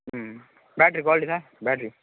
ம் battery quality sir battery